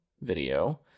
video